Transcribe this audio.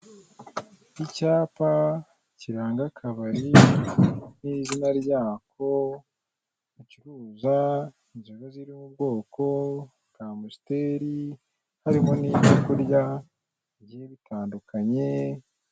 Icyapa kiranga akabari n'izina ryako gacuruza inzoga ziri mu bwoko bw'amusiteri harimo n'ibyo kurya bigiye bitandukanye.